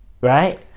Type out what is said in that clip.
Right